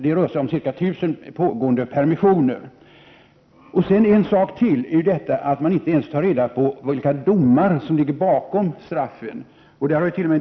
Det rör sig om ca 1 000 pågående permissioner. En sak till är att man inte ens tar reda på vilka domar som ligger bakom straffen.